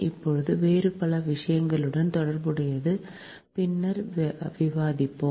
இப்போது வேறு பல விஷயங்களுடன் தொடர்புடையது பின்னர் விவாதிப்போம்